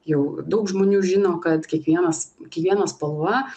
jau daug žmonių žino kad kiekvienas kiekviena spalva